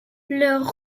leur